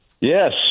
Yes